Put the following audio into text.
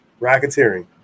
racketeering